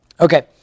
Okay